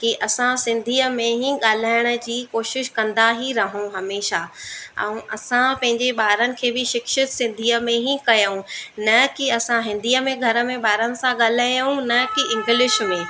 कि असां सिंधीअ में ई ॻाल्हाइण जी कोशिशि कंदा ई रहूं हमेशह ऐं असां पंहिंजे ॿारनि खे बि शिक्षित सिंधीअ में ई कयूं न कि असां हिंदीअ में घर में ॿारनि सां ॻाल्हायूं न कि इंग्लिश में